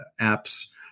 apps